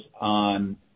on